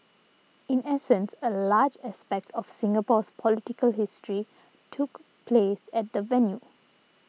in essence a large aspect of Singapore's political history took place at that venue